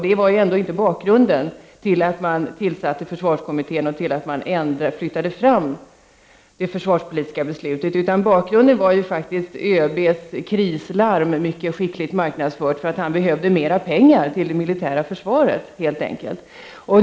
Det var ändå inte bakgrunden till att försvarskommittén tillsattes och det försvarspoktiska beslutet flyttades fram. Bakgrunden var ÖB:s krislarm, mycket skickligt marknadsfört, för att han behövde mera pengar till det militära försvaret, helt enkelt.